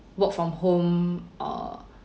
work from home err